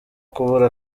kubura